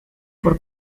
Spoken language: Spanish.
por